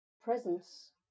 presence